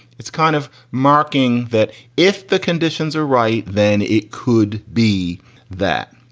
it's kind of marking that if the conditions are right, then it could be that.